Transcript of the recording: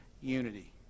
Unity